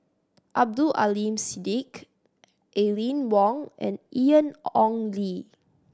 Abdul Aleem Siddique Aline Wong and Ian Ong Li